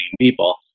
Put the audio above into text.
people